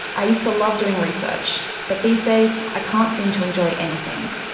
i used to love doing research, but these days i can't seem to enjoy anything.